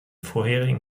vorherigen